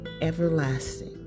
everlasting